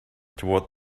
toward